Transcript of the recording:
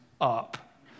up